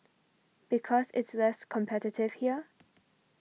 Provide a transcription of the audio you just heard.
because it's less competitive here